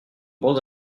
bons